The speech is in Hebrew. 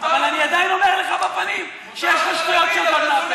אבל אני עדיין אומר לך בפנים שיש לך שטויות שיוצאות לך מהפה.